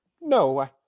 no